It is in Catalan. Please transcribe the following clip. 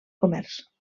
comerç